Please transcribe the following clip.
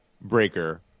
Breaker